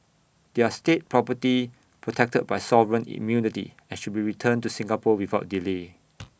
they are state property protected by sovereign immunity and should be returned to Singapore without delay